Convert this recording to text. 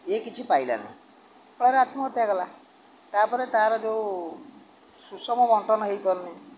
ଏ କିଛି ପାଇଲାନି ଫଳରେ ଆତ୍ମହତ୍ୟା କଲା ତା'ପରେ ତା'ର ଯେଉଁ ସୁଷମ ବଣ୍ଟନ ହେଇପାରୁନି